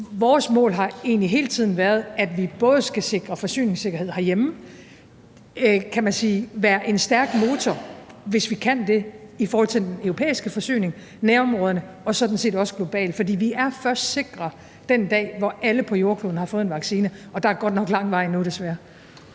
Vores mål har egentlig hele tiden været, at vi både skal sikre forsyningssikkerhed herhjemme, og være, kan man sige, en stærk motor, hvis vi kan det, i forhold til den europæiske forsyning, nærområderne og sådan set også globalt. For vi er først sikre den dag, hvor alle på jordkloden har fået en vaccine, og der er godt nok lang vej endnu, desværre.